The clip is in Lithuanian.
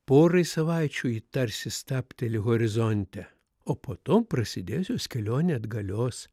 porai savaičių ji tarsi stabteli horizonte o po to prasidės jos kelionė atgalios